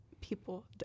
people